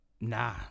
nah